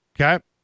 okay